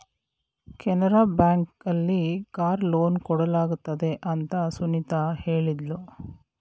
Canara bank ಅಲ್ಲಿ car loan ಕೊಡಲಾಗುತ್ತದೆ ಅಂತ ಸುನಿತಾ ಹೇಳಿದ್ಲು